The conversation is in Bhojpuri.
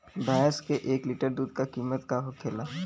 भैंस के एक लीटर दूध का कीमत का होखेला?